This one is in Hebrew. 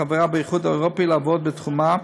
החברה באיחוד האירופי לעבוד בתחומה,